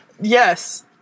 yes